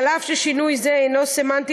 אף-על-פי ששינוי זה הנו סמנטי,